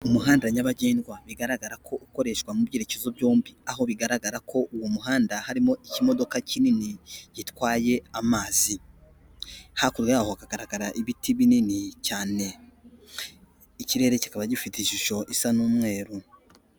Umuhanda nyabagendwa bigaragara ko ukoreshwa mu byerekezo byombi, aho bigaragara ko uwo muhanda harimo ikimodoka kinini gitwaye amazi, hakuno yaho hakagaragara ibiti binini cyane, ikirere kikaba gifite ishusho isa n'umweru.